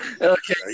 Okay